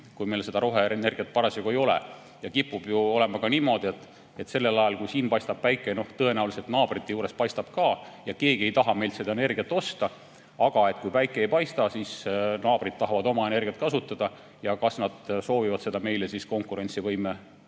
kui meil roheenergiat parasjagu ei ole. Ja kipub olema niimoodi, et sel ajal, kui Eestis paistab päike, tõenäoliselt naabrite juures paistab ka ja keegi ei taha meilt seda rohelist energiat osta, aga kui päike ei paista, siis naabrid tahavad oma energiat ise kasutada. Kas nad soovivad seda meile siis konkurentsivõimelise